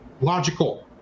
logical